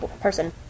person